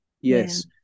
Yes